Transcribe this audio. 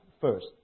first